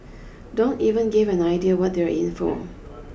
don't even give an idea what they are in for